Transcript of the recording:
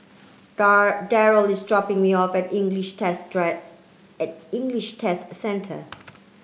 Darryle is dropping me off at English Test Drive English Test Centre